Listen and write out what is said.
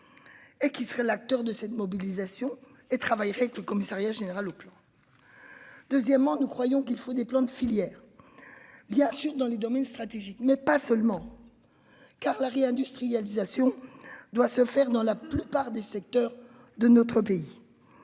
Et qui serait l'acteur de cette mobilisation et travaillerait avec le Commissariat général au Plan. Deuxièmement, nous croyons qu'il faut des plans de filière. Bien sûr, dans les domaines stratégiques mais pas seulement. Car la réindustrialisation doit se faire dans la plupart des secteurs de notre pays.